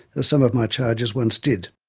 as some of my charges once did.